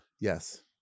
Yes